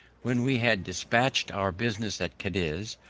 when we had dispatched our business at cadiz,